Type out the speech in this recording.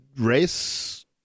race